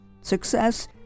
Success